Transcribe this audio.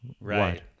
right